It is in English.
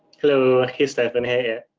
hello? hey stephan. hey.